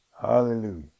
Hallelujah